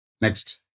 Next